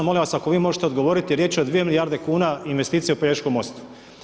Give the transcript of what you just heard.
Molim vas ako vi možete odgovoriti, riječ je o 2 milijarde kuna investicije u Pelješkom mostu.